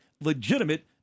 legitimate